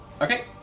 Okay